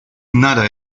nada